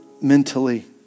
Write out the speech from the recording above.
mentally